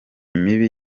mibi